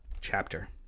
chapter